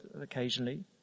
occasionally